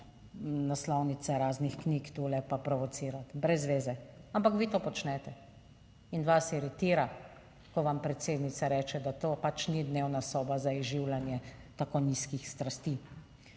naslovnice raznih knjig tule, pa provocirati brez zveze, ampak vi to počnete. In vas iritira, ko vam predsednica reče, da to pač ni dnevna soba za izživljanje tako nizkih strasti.